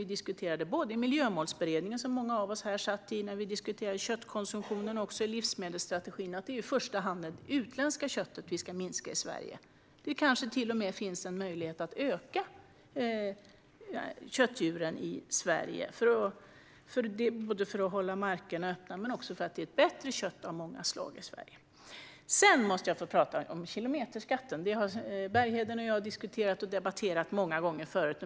Det diskuterade vi också i Miljömålsberedningen, som många av oss här i kammaren satt med i, och i livsmedelsstrategin. Det kanske till och med finns möjlighet att öka antalet köttdjur i Sverige, för att hålla markerna öppna men också för att det är bättre kött på många sätt. Jag måste också få prata om kilometerskatten. Den har Bergheden och jag diskuterat och debatterat många gånger förut.